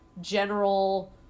general